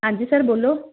ਹਾਂਜੀ ਸਰ ਬੋਲੋ